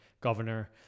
governor